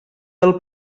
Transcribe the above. del